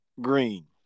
Green